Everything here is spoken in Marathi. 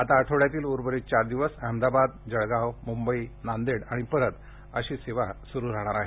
आता आठवड्यातील उर्वरित चार दिवस अहमदाबाद जळगाव म्ंबई नांदेड आणि परत अशी सेवा सुरू होणार आहे